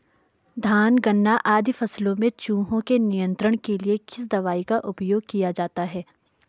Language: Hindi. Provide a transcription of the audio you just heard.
धान गन्ना आदि फसलों में चूहों के नियंत्रण के लिए किस दवाई का उपयोग किया जाता है?